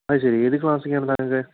അതു ശരി ഏതു ക്ലാസ്സിലേക്കാണ്